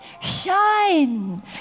shine